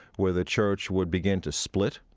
where the church would begin to split,